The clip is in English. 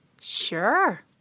Sure